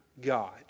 God